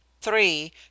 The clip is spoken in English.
three